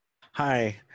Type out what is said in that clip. Hi